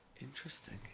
Interesting